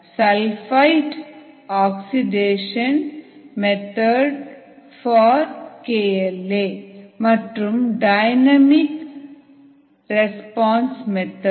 sulphide oxidation method for KL a மற்றும் dynamic response method